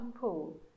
Pool